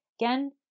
Again